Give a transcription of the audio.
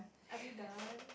are we done